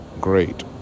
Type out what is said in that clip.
great